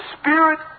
Spirit